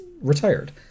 retired